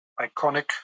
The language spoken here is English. iconic